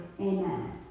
Amen